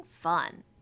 fun